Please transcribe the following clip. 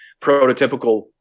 prototypical